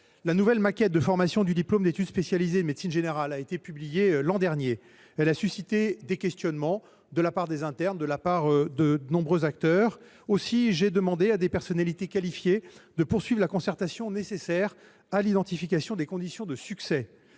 La nouvelle maquette de formation du diplôme d’études spécialisées de médecine générale a été publiée l’an dernier. Elle a suscité des interrogations de la part des internes et de nombreux acteurs. Aussi ai je demandé à des personnalités qualifiées de poursuivre la concertation nécessaire à l’identification des conditions de succès.